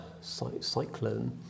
cyclone